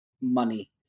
money